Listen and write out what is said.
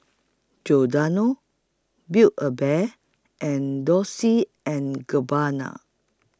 Giordano Build A Bear and Dolce and Gabbana